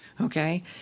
okay